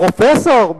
פרופסור,